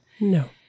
No